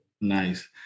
nice